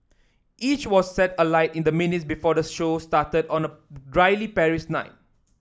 each was set alight in the minutes before the show started on a drily Paris night